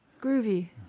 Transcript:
Groovy